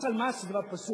מס על מס זה דבר פסול,